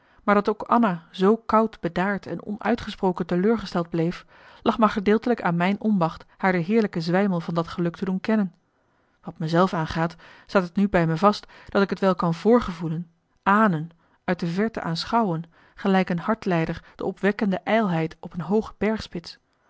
maar dat ook anna zoo koud bedaard en onuitgesproken teleurgesteld bleef lag maar gedeeltelijk aan mijn onmacht haar de heerlijke zwijmel van dat geluk te doen kennen wat me zelf aangaat staat t nu bij me vast dat ik t wel kan vorgevoelen ahnen uit de verte aanschouwen gelijk een hartlijder de opwekkende ijlheid op een